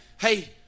Hey